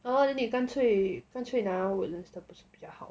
oh then 你干脆干脆拿 woodlands 的不是比较好